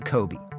Kobe